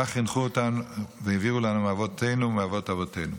כך חינכו אותנו והעבירו לנו אבותינו מאבות אבותינו.